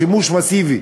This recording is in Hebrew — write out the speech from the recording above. שימוש מסיבי.